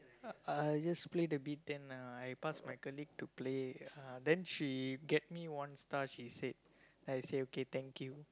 uh just played a bit then uh I pass my colleague to play uh then she get me one star she said I say okay thank you